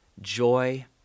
joy